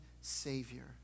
Savior